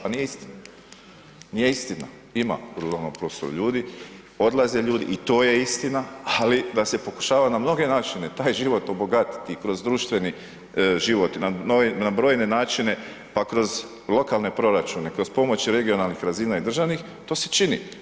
Pa nije istina, nije istina ima u ruralnom prostoru ljudi, odlaze ljudi i to je istina, ali da se pokušava na mnoge načine taj život obogatiti i kroz društveni život i na brojne načine, pa kroz lokalne proračune, kroz pomoć regionalnih razina i državnih to se čini.